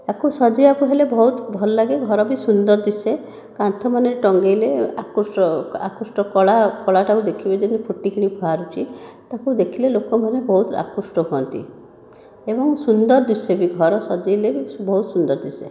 ତାକୁ ସଜେଇବାକୁ ହେଲେ ବହୁତ ଭଲ ଲାଗେ ଘର ବି ସୁନ୍ଦର ଦିଶେ କାନ୍ଥମାନରେ ଟଙ୍ଗେଇଲେ ଆକୃଷ୍ଟ ଆକୃଷ୍ଟ କଳା କଳାଟାକୁ ଦେଖିବେ ଯେମିତି ଫୁଟିକିନି ବାହାରୁଛି ତାକୁ ଦେଖିଲେ ଲୋକମାନେ ବହୁତ ଆକୃଷ୍ଟ ହୁଅନ୍ତି ଏବଂ ସୁନ୍ଦର ଦିଶେ ବି ଘର ସଜେଇଲେ ବି ବହୁତ ସୁନ୍ଦର ଦିଶେ